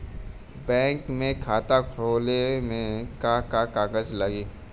Bank में खाता खोले मे का का कागज लागी?